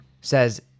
says